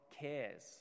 cares